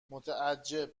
متعجب